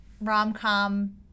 rom-com